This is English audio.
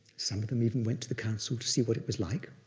some of them even went to the council to see what it was like.